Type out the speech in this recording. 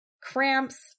cramps